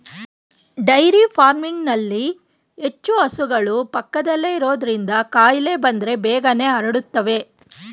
dairy ಫಾರ್ಮಿಂಗ್ನಲ್ಲಿ ಹೆಚ್ಚು ಹಸುಗಳು ಪಕ್ಕದಲ್ಲೇ ಇರೋದ್ರಿಂದ ಕಾಯಿಲೆ ಬಂದ್ರೆ ಬೇಗನೆ ಹರಡುತ್ತವೆ